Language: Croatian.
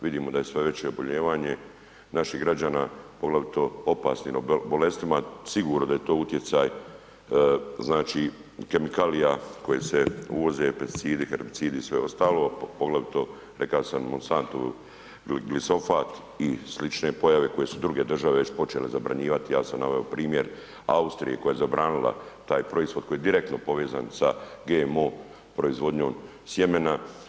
Vidimo da je sve veće obolijevanje naših građana, poglavito opasnim bolestima, sigurno da je to utjecaj kemikalija koji se uvoze, pesticidi, herbicidi i sve ostalo, poglavito rekao sam Monsantnov glisofat i slične pojave koje su druge države već počele zabranjivati, ja sam naveo primjer Austrije koja je zabranila taj proizvod koji je direktno povezan sa GMO proizvodnjom sjemena.